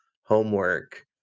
homework